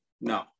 No